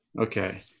Okay